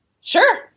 sure